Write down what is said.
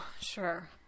sure